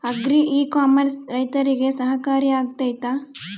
Agri e commerce ರೈತರಿಗೆ ಸಹಕಾರಿ ಆಗ್ತೈತಾ?